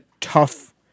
tough